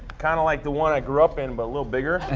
kind of like the one i grew up in, but a little bigger.